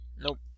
Nope